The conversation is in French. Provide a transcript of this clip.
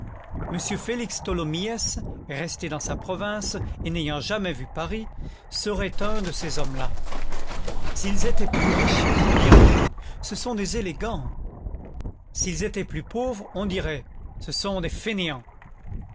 m félix tholomyès resté dans sa province et n'ayant jamais vu paris serait un de ces hommes-là s'ils étaient plus riches on dirait ce sont des élégants s'ils étaient plus pauvres on dirait ce sont des fainéants